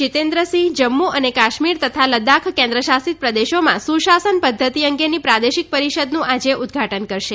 જીતેન્દ્રસિંહ જમ્મુ અને કાશ્મીર તથા લદ્દાખ કેન્દ્ર શાસિત પ્રદેશોમાં સુશાસન પદ્ધત્તિ અંગેની પ્રાદેશીક પરિષદનું આજે ઉદ્વાટન કરશે